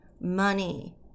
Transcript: money